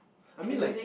I mean like